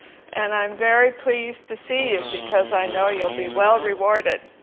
and i'm very please to see you because i know you'll be well rewarded.